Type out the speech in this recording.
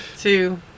two